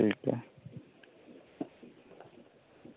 ठीक ऐ